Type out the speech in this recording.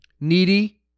Needy